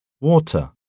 Water